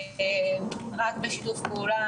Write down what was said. רק בשיתוף פעולה